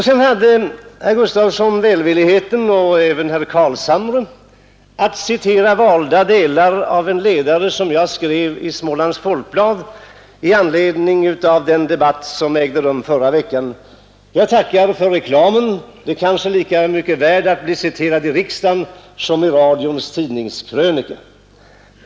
Sedan hade herr Gustavsson, och även herr Carlshamre, välvilligheten att citera valda delar av en ledare, som jag skrev i Smålands Folkblad i anledning av den debatt, som ägde rum förra veckan. Jag tackar för reklamen. Det är kanske lika mycket värt att bli citerad i riksdagen som i radions tidningskrönika.